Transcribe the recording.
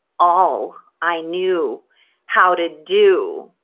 all i knew how to do